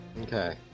Okay